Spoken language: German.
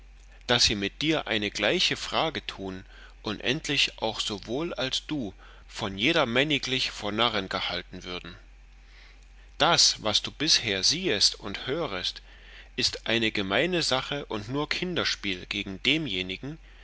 daß sie mit dir eine gleiche frage tun und endlich auch so wohl als du von jedermänniglich vor narren gehalten würden das was du bisher siehest und hörest ist eine gemeine sache und nur kinderspiel gegen demjenigen